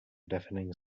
deafening